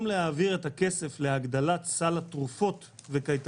מכיוון שאתה לא ממליץ לי, כאיש